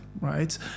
right